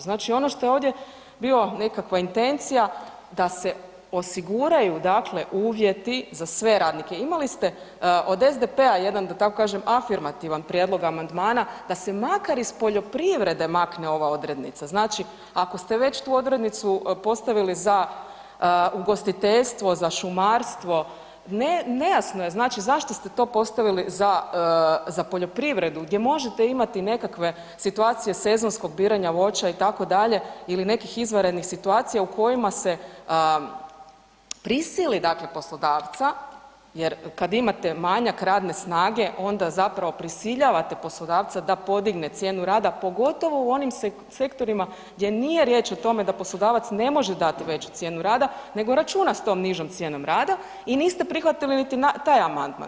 Znači ono što je ovdje bio nekakva intencija da se osiguraju dakle uvjeti za sve radnike, imali ste od SDP-a jedan da tako kažem afirmativan prijedlog amandmana da se makar iz poljoprivrede makne ova odrednica, znači ako ste već tu odrednicu postavili za ugostiteljstvo, za šumarstvo nejasno je zašto ste to postavili za poljoprivredu gdje možete imati nekakve situacije sezonskog biranja voća itd. ili nekih izvanrednih situacija u kojima se prisili dakle poslodavca, jer kad imate manjak radne snage onda zapravo prisiljavate poslodavca da podigne cijenu rada pogotovo u onim sektorima gdje nije riječ o tome da poslodavac ne može dati veću cijenu rada nego računa s tom nižom cijenom rada i niste prihvatili niti taj amandman.